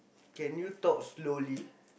can you talk slowly